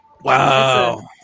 wow